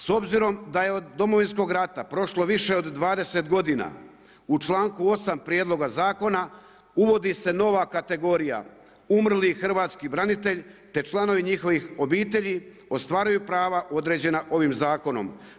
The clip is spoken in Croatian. S obzirom da je od Domovinskog rata prošlo više od 20 godina, u čl.8 prijedloga zakona, uvodi se nova kategorija, umrli hrvatski branitelj, te članovi njihovih obitelji, ostvaruju prava određenih ovim zakonom.